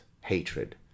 hatred